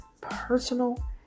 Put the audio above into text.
personal